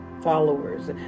followers